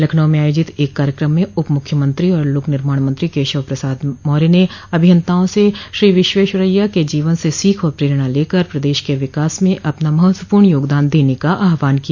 लखनऊ में आयोजित एक कार्यक्रम में उप मुख्यमंत्री और लोक निर्माण मंत्री केशव प्रसाद मौर्य ने अभियंताओं से श्री विश्वेश्वरय्या के जीवन से सीख और प्रेरणा लेकर प्रदेश के विकास में अपना महत्वपूर्ण योगदान देने का आहवान किया